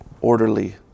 orderly